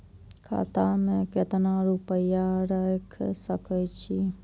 खाता में केतना रूपया रैख सके छी?